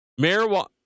Marijuana